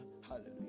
Hallelujah